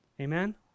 Amen